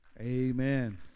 Amen